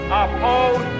oppose